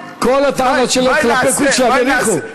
כל הטענות שלו כלפי קודשא-בריך-הוא.